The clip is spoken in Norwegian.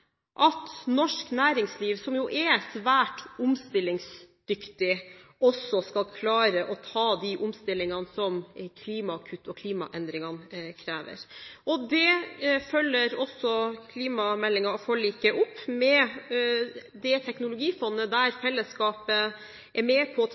at norsk næringsliv, som er svært omstillingsdyktig, også skal klare å ta de omstillingene som klimakutt og klimaendringene krever. Det følger også klimameldingen og forliket opp med det teknologifondet der fellesskapet er med på